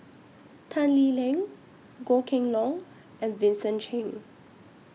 Tan Lee Leng Goh Kheng Long and Vincent Cheng